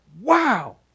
Wow